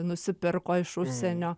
nusipirko iš užsienio